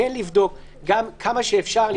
כן לבדוק כמה שניתן,